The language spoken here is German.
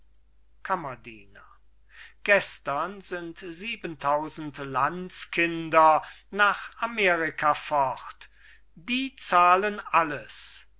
kammerdiener gestern sind siebentausend landskinder nach amerika fort die bezahlen alles